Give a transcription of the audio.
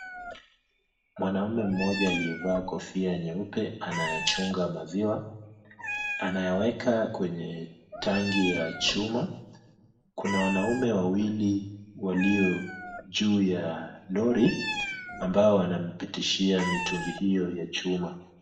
Mwanamume mmoja aliyevaa kofia nyeupe anayachunga maziwa, anayaweka kwenye tangi ya chuma, kuna wanaume wawili walio juu ya lori ambao wanampitishia mitungi hiyo ya chuma.